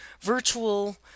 virtual